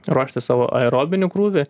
ruoštis savo aerobinį krūvį